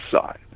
side